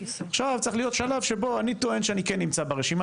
עכשיו צריך להיות שלב שבו אני טוען שאני נמצא ברשימה,